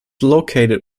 located